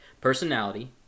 personality